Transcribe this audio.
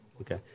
Okay